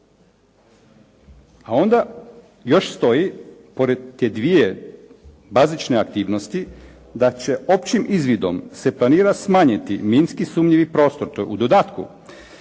A onda još stoji pored te dvije bazične aktivnosti da će "općim izvidom se planira smanjiti minski sumnjivi prostor", to je u dodatku,